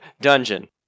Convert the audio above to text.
dungeon